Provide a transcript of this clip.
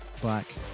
black